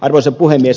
arvoisa puhemies